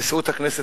נשיאות הכנסת,